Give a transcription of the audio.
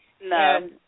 No